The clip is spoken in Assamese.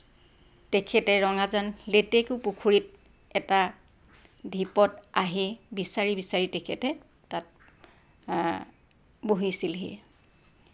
তেখেতে ৰঙাজান লেটেকুপুখুৰীত এটা ঢিপত আহি বিচাৰি বিচাৰি তেখেতে তাত বহিছিলহি